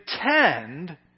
pretend